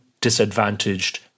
disadvantaged